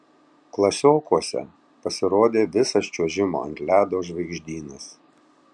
klasiokuose pasirodė visas čiuožimo ant ledo žvaigždynas